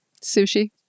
Sushi